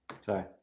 sorry